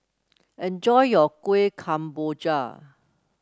enjoy your Kueh Kemboja